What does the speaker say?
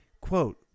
Quote